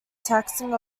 taxing